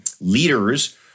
leaders